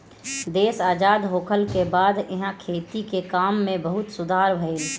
देश आजाद होखला के बाद इहा खेती के काम में बहुते सुधार भईल